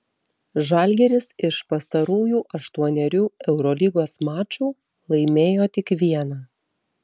žalgiris iš pastarųjų aštuonerių eurolygos mačų laimėjo tik vieną